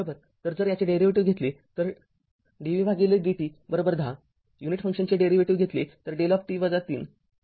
तरजर याचे डेरीवेटीव्ह घेतले तर dv भागिले dt१० युनिट फंक्शनचे डेरीवेटीव्ह घेतले तर δt-३ आहे